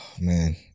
Man